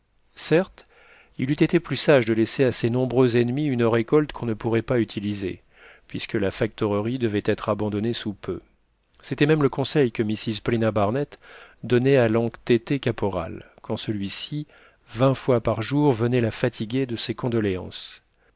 certes il eût été plus sage de laisser à ces nombreux ennemis une récolte qu'on ne pourrait pas utiliser puisque la factorerie devait être abandonnée sous peu c'était même le conseil que mrs paulina barnett donnait à l'entêté caporal quand celui-ci vingt fois par jour venait la fatiguer de ses condoléances